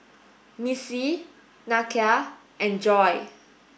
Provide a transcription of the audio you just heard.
Missie Nakia and Joy